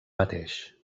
mateix